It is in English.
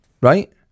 Right